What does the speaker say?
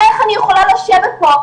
איך אני יכולה לשבת פה,